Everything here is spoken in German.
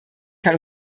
kann